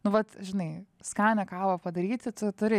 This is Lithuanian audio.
nu vat žinai skanią kavą padaryti tu turi